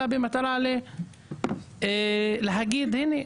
אלא במטרה להגיד הנה,